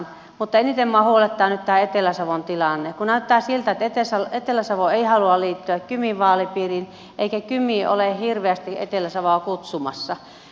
mutta eniten minua huolettaa nyt tämä etelä savon tilanne kun näyttää siltä että etelä savo ei halua liittyä kymen vaalipiiriin eikä kyme ole hirveästi etelä savoa kutsumassa